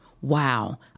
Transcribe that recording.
wow